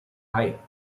hei